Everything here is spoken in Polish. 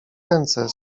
ręce